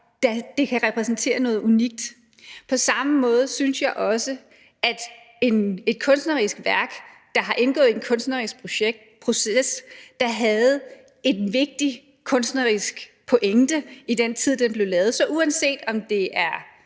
det kan repræsentere noget unikt. På samme måde synes jeg også det er med et kunstnerisk værk, der har indgået i en kunstnerisk proces, og som havde en vigtig kunstnerisk pointe i den tid, det blev lavet i, uanset om det er